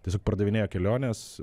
tiesiog pardavinėjo keliones